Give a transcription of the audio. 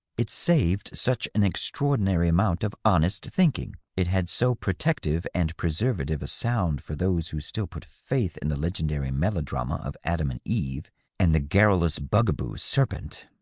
it saved such an extraordinary amount of honest thinking! it had so protective and preservative a sound for those who still put faith in the legendary melodrama of adam and eve and the garrulous, bugaboo serpent!